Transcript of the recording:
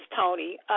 Tony